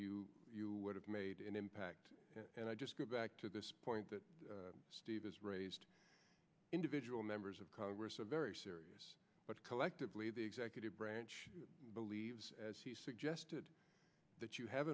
you would have made an impact and i just go back to this point that steve has raised individual members of congress are very serious but collectively the executive branch believes as he suggested that you